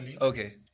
Okay